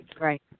right